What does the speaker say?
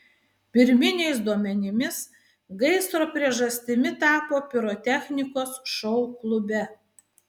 pirminiais duomenimis gaisro priežastimi tapo pirotechnikos šou klube